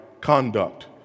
conduct